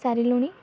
ସାରିଲିଣି